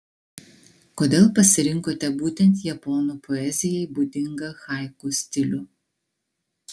kodėl pasirinkote būtent japonų poezijai būdingą haiku stilių